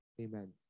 Amen